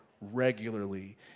regularly